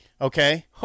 Okay